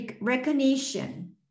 recognition